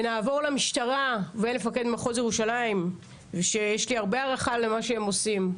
נעבור למשטרה ולמפקד מחוז ירושלים שיש לי הרבה הערכה למה שהם עושים,